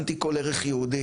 אנטי כל ערך יהודי,